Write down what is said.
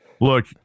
Look